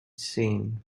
seen